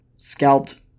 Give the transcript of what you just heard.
Scalped